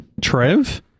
Trev